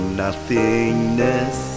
nothingness